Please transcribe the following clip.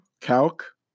calc